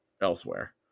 elsewhere